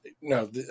No